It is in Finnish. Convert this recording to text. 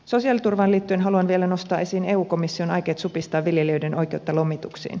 sosiaaliturvaan liittyen haluan vielä nostaa esiin eu komission aikeet supistaa viljelijöiden oikeutta lomituksiin